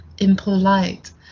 impolite